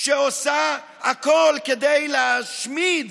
עושה הכול כדי להשמיד